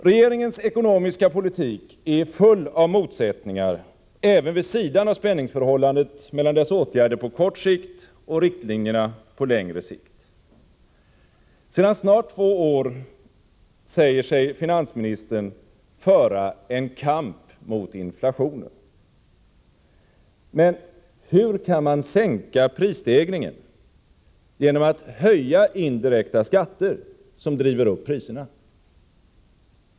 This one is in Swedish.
Regeringens ekonomiska politik är full av motsättningar även vid sidan av spänningsförhållandet mellan dess åtgärder på kort sikt och riktlinjerna på längre sikt. Sedan snart två år säger sig finansministern föra en kamp mot inflationen. Men hur kan man minska prisstegringen genom att höja indirekta skatter, som driver upp priserna?